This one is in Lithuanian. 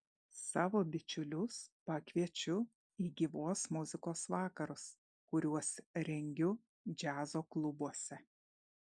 savo bičiulius pakviečiu į gyvos muzikos vakarus kuriuos rengiu džiazo klubuose